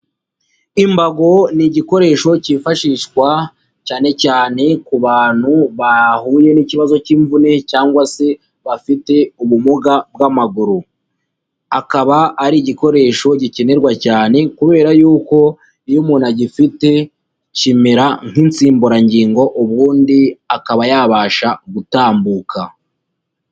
Imbago ni igikoresho cyifashishwa cyane cyane ku bantu bahuye n'ikibazo cy'imvune cyangwa se bafite ubumuga bw'amaguru, akaba ari igikoresho gikenerwa cyane kubera yuko iyo umuntu agifite kimera nk'insimburangingo ubundi akaba yabasha gutambuka.